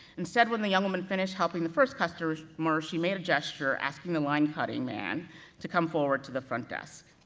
instead, when the young woman finished helping the first customer, she made a gesture asking the line-cutting man to come forward to the front desk.